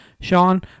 Sean